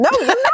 No